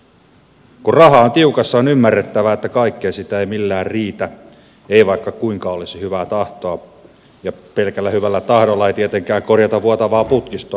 kun raha on tiukassa on ymmärrettävää että kaikkeen ei sitä millään riitä ei vaikka kuinka olisi hyvää tahtoa ja pelkällä hyvällä tahdolla ei tietenkään korjata vuotavaa putkistoa